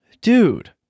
Dude